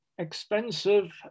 expensive